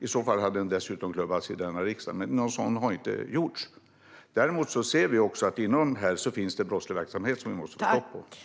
I så fall skulle den dessutom ha klubbats igenom i denna riksdag, men det har inte gjorts. Däremot ser vi att det inom denna verksamhet finns en brottslighet som vi måste få stopp på.